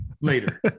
later